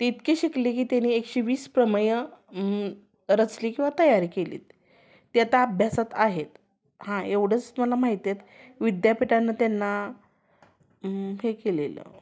ते इतके शिकले की त्यानी एकशे वीस प्रमेयं रचली किंवा तयारी केलीत ती आता अभ्यासात आहेत हां एवढंच मला माहिती आहेत विद्यापीठानं त्यांना हे केलेलं